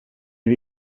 det